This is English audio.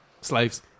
Slaves